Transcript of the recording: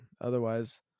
Otherwise